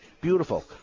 Beautiful